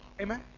Amen